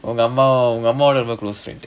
அம்மாவோட:ammavoda close friend